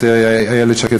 את איילת שקד,